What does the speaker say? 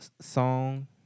song